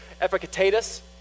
Epictetus